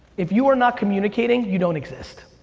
if you are not communicating, you don't exist.